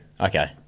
Okay